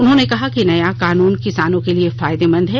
उन्होंने कहा कि नया कानून किसानों के लिए फायदेमंद है